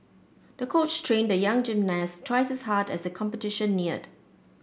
the coach trained the young gymnast twice as hard as the competition neared